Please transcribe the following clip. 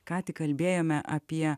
ką tik kalbėjome apie